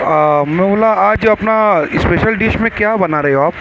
میں بولا آج اپنا اسپیشل ڈش میں کیا بنا رہے ہو آپ